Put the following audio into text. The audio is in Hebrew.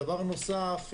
דבר נוסף,